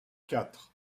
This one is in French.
quatre